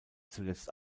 zuletzt